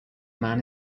man